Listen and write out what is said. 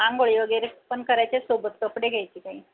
अंघोळी वगैरे पण करायच्या सोबत कपडे घ्यायचे काही